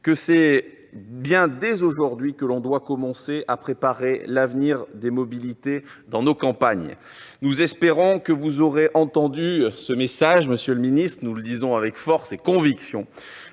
que c'est bien dès aujourd'hui que l'on doit commencer à préparer l'avenir des mobilités dans nos campagnes. Nous espérons que vous aurez entendu ce message, monsieur le secrétaire d'État. La délégation